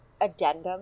addendum